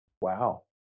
Wow